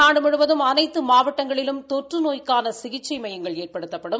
நாடு முழுவதும் அனைத்து மாவட்டங்களிலும் தொற்று நோய்க்கான சிகிச்சை மையங்கள் ஏற்படுத்தப்படும்